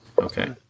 Okay